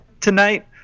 tonight